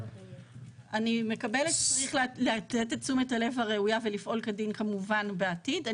אני מקבלת שצריך לתת את תשומת הלב הראויה ולפעול כדין כמובן בעתיד.